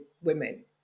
women